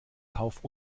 kauf